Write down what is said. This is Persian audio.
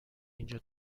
اینجا